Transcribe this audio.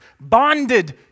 bonded